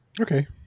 Okay